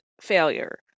failure